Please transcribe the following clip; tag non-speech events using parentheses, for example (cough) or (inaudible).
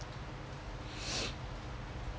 (breath)